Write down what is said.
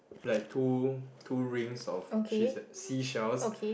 like two two rings of seas~ seashells